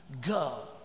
go